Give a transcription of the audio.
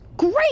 Great